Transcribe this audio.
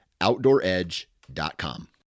OutdoorEdge.com